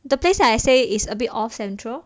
the place that I stay is a bit off central cheaper is cheaper